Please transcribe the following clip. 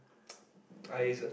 uh it's a